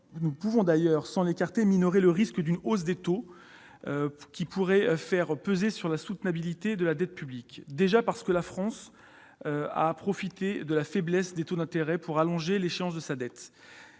nous pouvons d'ailleurs, sans l'écarter pour autant, minorer le risque qu'une hausse des taux pourrait faire peser sur la soutenabilité de la dette publique. En effet, la France a profité de la faiblesse des taux d'intérêt pour allonger l'échéance de sa dette